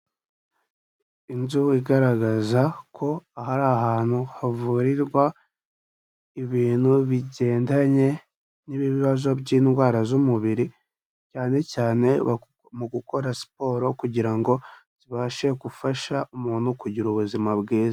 Inzu igaragaza ko aha ari ahantu havurirwa ibintu bigendanye n'ibazo by'indwara z'umubiri, cyanecyane mu gukora siporo kugira ngo zibashe gufasha umuntu kugira ubuzima bwiza.